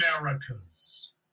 Americas